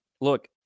look